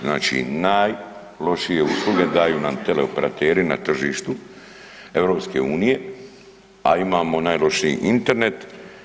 Znači najlošije usluge daju nam teleoperateri na tržištu EU, a imamo najlošiji Internet.